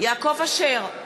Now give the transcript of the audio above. יעקב אשר,